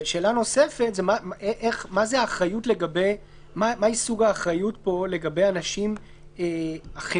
שאלה נוספת היא מהו סוג האחריות פה לגבי אנשים אחרים.